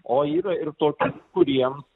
o yra ir tokių kuriems